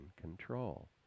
control